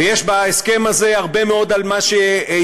ויש בהסכם הזה הרבה מאוד על מה שיהיה